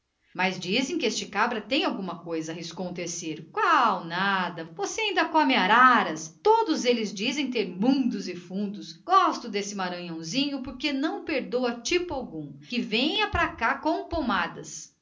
mas dizem que este cabra tem alguma coisa arriscou um terceiro qual nada você ainda come araras todos eles dizem ter mundos e fundos gosto deste maranhãozinho porque não perdoa os tipos que vêm pra cá com pomadas